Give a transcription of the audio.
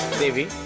devi